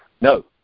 no